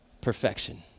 perfection